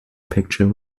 picture